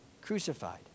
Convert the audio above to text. Crucified